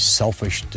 selfish